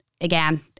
again